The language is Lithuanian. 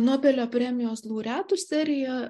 nobelio premijos laureatų serija